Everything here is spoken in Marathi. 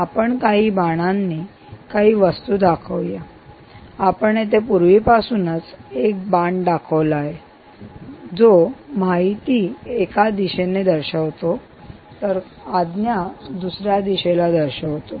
आपण काही बाणांनी काही वस्तू दाखवूया आपण येथे पूर्वीपासूनच एक बाण दाखवलेला आहे जो माहिती एका दिशेने दर्शवतो तर आज्ञा दुसऱ्या दिशेला दर्शवतो